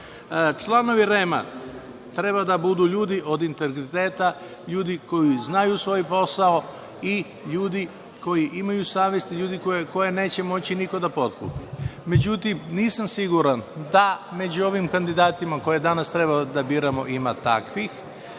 ostalo. Članovi REM treba da budu ljudi od integriteta, ljudi koji znaju svoj posao i ljudi koji imaju savest i ljudi koje neće moći niko da potkupi. Međutim, nisam siguran da među ovim kandidatima koje danas treba da biramo ima takvih